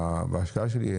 בהשקעה שלי,